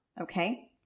okay